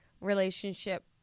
relationship